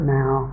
now